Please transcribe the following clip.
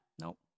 Nope